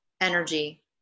energy